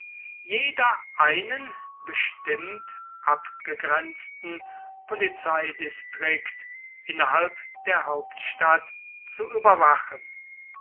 jeder einen bestimmt abgegrenzten polizeidistrikt innerhalb der hauptstadt zu überwachen